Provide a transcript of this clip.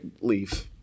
leave